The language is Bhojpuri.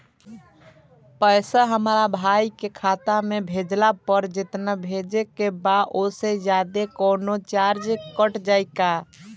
पैसा हमरा भाई के खाता मे भेजला पर जेतना भेजे के बा औसे जादे कौनोचार्ज कट जाई का?